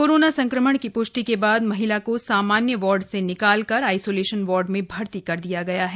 corona संक्रमण की पुष्टि के बाद महिला को सामान्य वार्ड से निकाल कर आइसोलेशन वार्ड में भर्ती कर दिया गया है